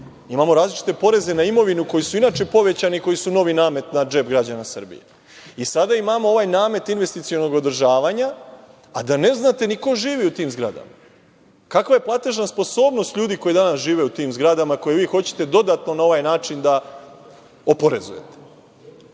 imamo različite poreze na imovinu koji su inače povećani, koji su novi namet na džep građana Srbije. I sada imamo ovaj namet investicionog održavanja, a da ne znate ni ko živi u tim zgradama. Kakva je platežna sposobnost ljudi koji danas žive u tim zgradama, koje vi hoćete dodatno na ovaj način da oporezujete? Dakle,